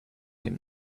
him